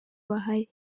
bahari